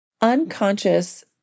unconscious